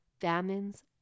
famines